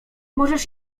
możesz